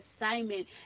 assignment